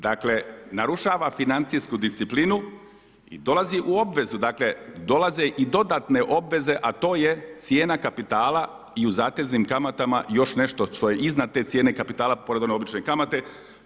Dakle narušava financijsku disciplinu i dolazi u obvezu, dakle dolaze i dodatne obveze a to je cijena kapitala i u zateznim kamatama i još nešto što je iznad te cijene kapitala pored one obične kamate.